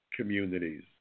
communities